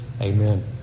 Amen